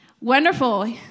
Wonderful